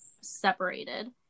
separated